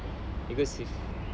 because if